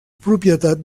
propietat